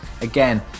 Again